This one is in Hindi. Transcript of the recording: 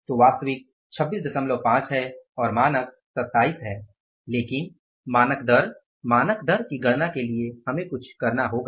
तो वास्तविक 26 है और मानक 27 है लेकिन मानक दर मानक दर की गणना के लिए हमें कुछ करना होगा